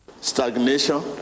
Stagnation